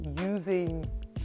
using